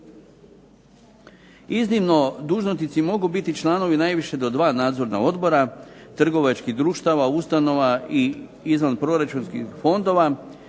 Iznimno, dužnosnici mogu biti članovi najviše do dva nadzorna odbora trgovačkih društava, ustanova i izvanproračunskih fondova